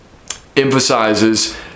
emphasizes